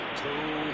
two